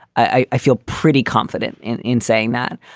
i i feel pretty confident in in saying that.